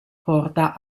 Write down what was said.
porta